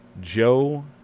Joe